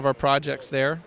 of our projects there